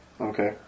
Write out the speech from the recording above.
Okay